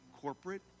corporate